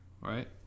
right